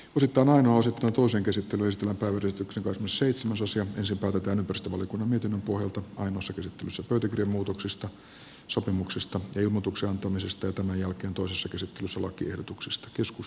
nyt on aina se tuntuu sen käsittelystä tai yrityksen seitsemäsosa ensin päätetään ympäristövaliokunnan mietinnön pohjalta ainoassa käsittelyssä pöytäkirjan muutoksista sopimuksesta ja ilmoituksen antamisesta ja sitten toisessa käsittelyssä lakiehdotuksista